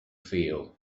feel